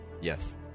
Yes